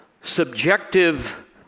subjective